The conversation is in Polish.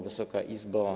Wysoka Izbo!